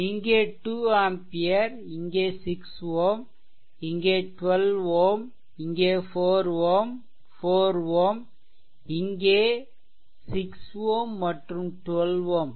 இங்கே 2 ஆம்பியர் இங்கே 6 Ω இங்கே 12 Ω இங்கே 4 Ω 4 Ω இங்கே